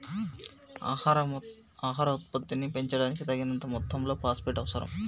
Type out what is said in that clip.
ఆహార ఉత్పత్తిని పెంచడానికి, తగినంత మొత్తంలో ఫాస్ఫేట్ అవసరం